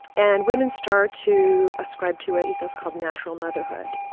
and women start to ascribe to an ethos called natural motherhood.